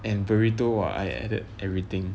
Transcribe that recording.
and burrito I added everything